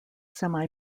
semi